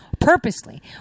Purposely